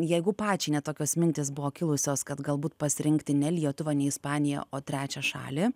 jeigu pačiai net tokios mintys buvo kilusios kad galbūt pasirinkti ne lietuvą ne ispaniją o trečią šalį